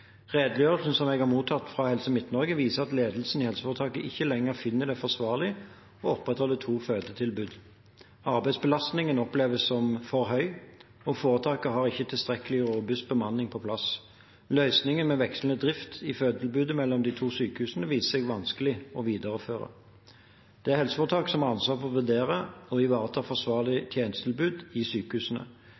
Redegjørelsen som jeg har mottatt fra Helse Midt-Norge, viser at ledelsen i helseforetaket ikke lenger finner det faglig forsvarlig å opprettholde to fødetilbud. Arbeidsbelastningen oppleves som for høy, og foretaket har ikke tilstrekkelig og robust bemanning på plass. Løsningen med vekslende drift i fødetilbudet mellom de to sykehusene viser seg vanskelig å videreføre. Det er helseforetaket som har ansvaret for å vurdere og ivareta forsvarlige tjenestetilbud i sykehusene.